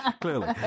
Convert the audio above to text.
Clearly